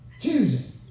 Choosing